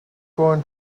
corn